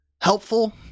helpful